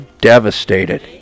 devastated